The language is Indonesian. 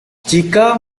jika